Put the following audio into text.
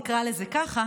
נקרא לזה ככה,